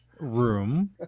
room